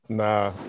nah